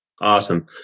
Awesome